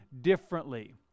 differently